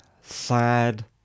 sad